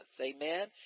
Amen